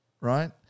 right